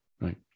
right